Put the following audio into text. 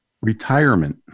Retirement